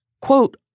quote